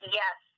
yes